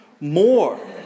more